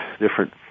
different